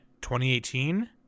2018